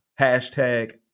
Hashtag